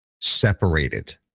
separated